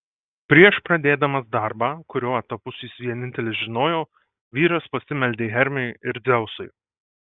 prieš pradėdamas darbą kurio etapus jis vienintelis žinojo vyras pasimeldė hermiui ir dzeusui